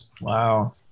wow